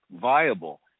viable